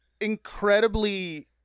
incredibly